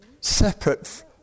separate